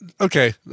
Okay